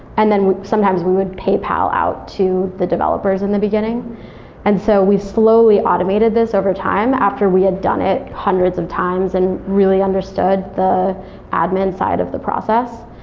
and then sometimes we would paypal out to the developers in the beginning and so we slowly automated this overtime after we had done it hundreds of times and really understood the admin side of the process.